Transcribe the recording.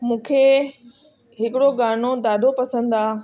मूंखे हिकिड़ो गानो ॾाढो पसंदिआहे